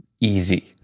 easy